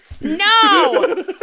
No